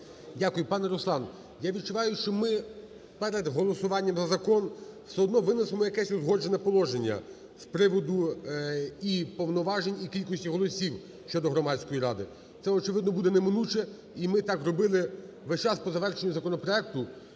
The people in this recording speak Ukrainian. Дякую. Пане Руслан, я відчуваю, що ми перед голосуванням за закон все одно винесемо якесь узгоджене положення з приводу і повноважень, і кількості голосів щодо громадської ради. Це очевидно буде неминуче, і ми так робили весь час по завершенню законопроекту,